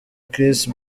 chris